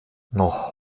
noch